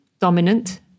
dominant